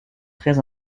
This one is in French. très